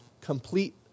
Complete